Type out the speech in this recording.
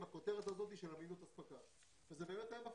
היא רק תגדיל את הכנסות המדינה ותקטין משמעותית את זיהום האוויר.